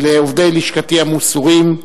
לעובדי לשכתי המסורים.